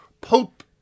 Pope